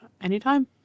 Anytime